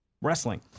wrestling